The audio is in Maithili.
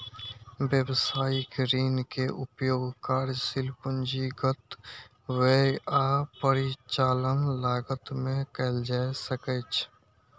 व्यवसायिक ऋण के उपयोग कार्यशील पूंजीगत व्यय आ परिचालन लागत मे कैल जा सकैछ